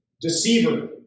Deceiver